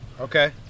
Okay